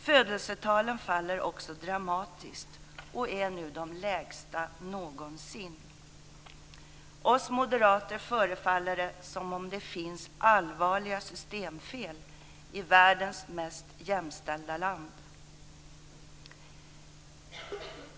Födelsetalen faller också dramatiskt och är nu de lägsta någonsin. Oss moderater förefaller det som om det finns allvarliga systemfel i världens mest jämställda land.